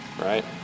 right